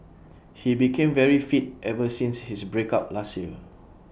he became very fit ever since his break up last year